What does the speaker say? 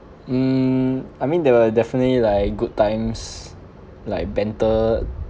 mm I mean there were definitely like good times like banter